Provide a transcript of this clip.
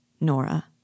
Nora